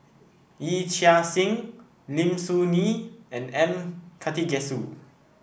Yee Chia Hsing Lim Soo Ngee and M Karthigesu